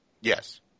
Yes